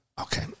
Okay